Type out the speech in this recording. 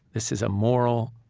this is a moral,